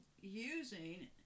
using